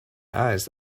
eyes